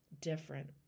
different